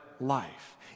life